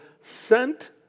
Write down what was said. sent